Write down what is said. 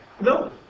No